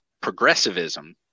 progressivism